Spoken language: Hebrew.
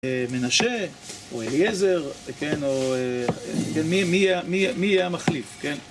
מנשה, או אליעזר, כן? או... כן, מי, מי מי יהיה המחליף, כן?